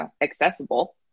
accessible